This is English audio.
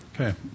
okay